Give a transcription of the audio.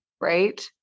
right